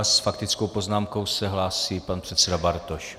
S faktickou poznámkou se hlásí pan předseda Bartoš.